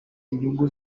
inyungu